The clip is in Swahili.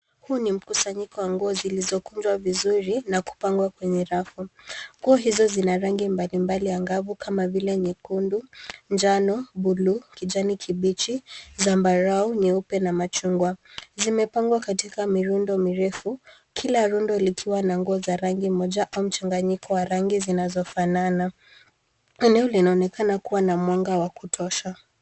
Huu ni mkusanyiko wa nguo zilizokunjwa vizuri na kupangwa kwenye rafu. Nguo hizo zina rangi mbalimbali angavu kama vile nyekundu, njano, bluu, kijani kibichi. zambarau, nyeupe na machungwa. zimepangwa katika mirundo mirefu kila rundo likiwa na rangi moja au mchanganyiko wa rangi zinazofanana. Eneo linaonekana kuwa na mwanga wa kutosha.